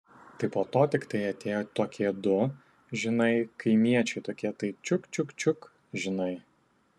tai po to tiktai atėjo tokie du žinai kaimiečiai tokie tai čiuk čiuk čiuk žinai